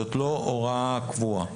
זאת לא הוראה קבועה.